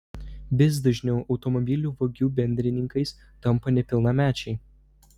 vis dažniau automobilių vagių bendrininkais tampa nepilnamečiai